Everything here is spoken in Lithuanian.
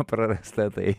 prarasta tai